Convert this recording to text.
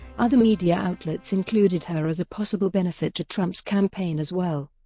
other media outlets included her as a possible benefit to trump's campaign as well.